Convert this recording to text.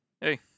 Hey